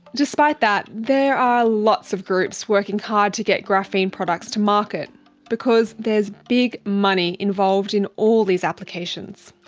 despite that, there are lots of groups working hard to get graphene products to market because there's big money involved in all these applications.